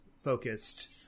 focused